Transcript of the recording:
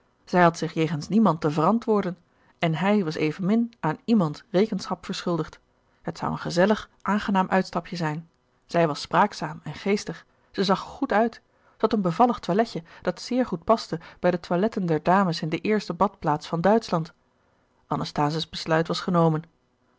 zij had zich jegens niemand te verantwoorden en hij was evenmin aan iemand rekenschap verschuldigd het zou een gezellig aangenaam uitstapje zijn zij was spraakzaam en geestig zij zag er goed uit zij had een bevallig toiletje dat zeer goed paste bij de toiletten der dames in de eerste badplaats van duitschland anasthase's besluit was genomen